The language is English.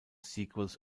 sequels